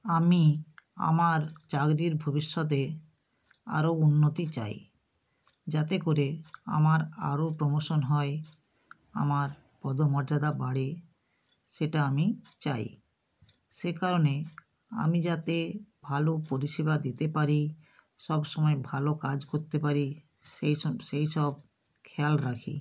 আমি আমার চাকরির ভবিষ্যতে আরও উন্নতি চাই যাতে করে আমার আরও প্রমোশন হয় আমার পদমর্যাদা বাড়ে সেটা আমি চাই সে কারণে আমি যাতে ভালো পরিষেবা দিতে পারি সবসময় ভালো কাজ করতে পারি সেইসব সেইসব খেয়াল রাখি